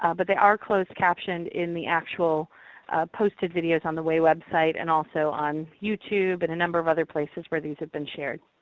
um but they are closed captioned in the actual posted videos on the wai website and also on youtube and a number of other places where these have been shared.